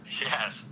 Yes